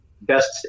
best